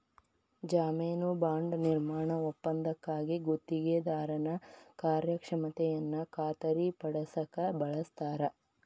ಜಾಮೇನು ಬಾಂಡ್ ನಿರ್ಮಾಣ ಒಪ್ಪಂದಕ್ಕಾಗಿ ಗುತ್ತಿಗೆದಾರನ ಕಾರ್ಯಕ್ಷಮತೆಯನ್ನ ಖಾತರಿಪಡಸಕ ಬಳಸ್ತಾರ